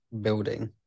building